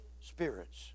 spirits